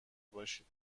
باشید